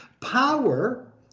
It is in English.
Power